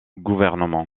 gouvernement